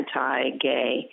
anti-gay